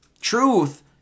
Truth